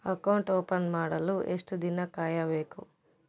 Account open ಮಾಡಲು ಎಷ್ಟು ದಿನ ಕಾಯಬೇಕು?